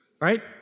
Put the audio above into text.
right